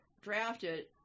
drafted